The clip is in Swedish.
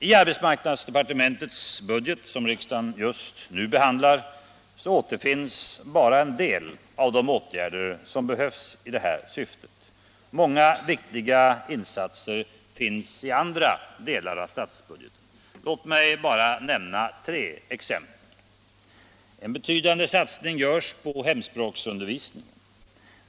I arbetsmarknadsdepartementets budget, som riksdagen just nu behandlar, återfinns bara en del av de åtgärder som behövs i det här syftet. Många viktiga insatser finns i andra delar av statsbudgeten. Låt mig bara nämna tre exempel. En betydande satsning görs på hemspråksundervisning.